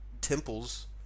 temples